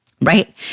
right